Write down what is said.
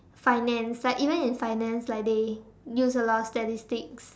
finance like even in finance like they use a lot of statistics